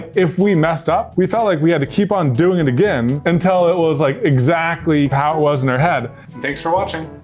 if we messed up we felt like we had to keep on doing it again until it was like exactly how it was in our head. and thanks for watching.